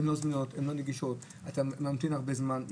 הן לא זמינות, הן לא נגישות, אתה ממתין זמן רב.